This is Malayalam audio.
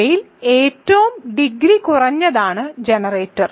അവയിൽ ഏറ്റവും ഡിഗ്രി കുറഞ്ഞതാണ് ജനറേറ്റർ